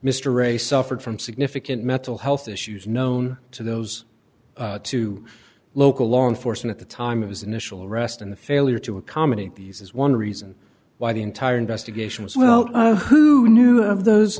mr ray suffered from significant mental health issues known to those to local law enforcement at the time of his initial arrest and the failure to accommodate these is one reason why the entire investigation was well who knew of those